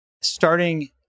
starting